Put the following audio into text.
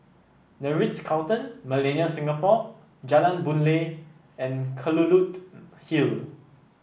The Ritz Carlton Millenia Singapore Jalan Boon Lay and Kelulut Hill